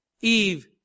Eve